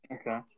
Okay